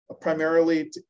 primarily